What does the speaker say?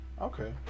Okay